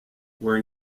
were